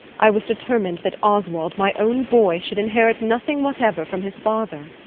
i was determined that oswald, my own boy, should inherit nothing whatever from his father.